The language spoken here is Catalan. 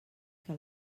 que